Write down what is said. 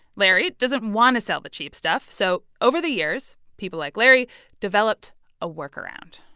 larry doesn't want to sell the cheap stuff so, over the years, people like larry developed a workaround.